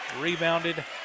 Rebounded